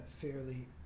fairly